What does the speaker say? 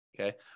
Okay